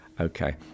Okay